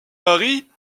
marie